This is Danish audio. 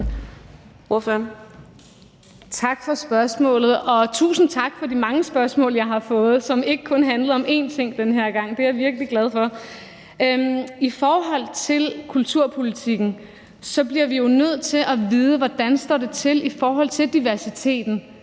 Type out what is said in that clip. Tak for spørgsmålet, og tusind tak for de mange spørgsmål, som jeg har fået, og som ikke kun handlede om én ting den her gang. Det er jeg virkelig glad for. I forhold til kulturpolitikken bliver vi jo nødt til at vide, hvordan det står til med hensyn til diversiteten,